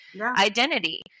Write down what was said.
identity